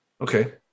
Okay